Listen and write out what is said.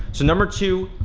so number two,